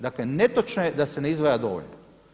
Dakle netočno je da se ne izdvaja dovoljno.